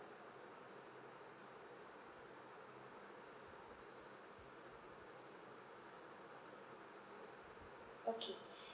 okay